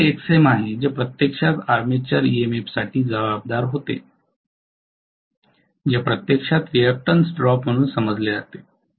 माझ्याकडे Xm आहे जे प्रत्यक्षात आर्मेचर ईएमएफसाठी जबाबदार होते जे प्रत्यक्षात रिअक्टन्स ड्रॉप म्हणून समजले जाते